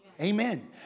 Amen